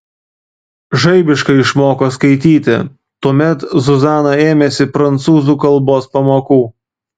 žaibiškai išmoko skaityti tuomet zuzana ėmėsi prancūzų kalbos pamokų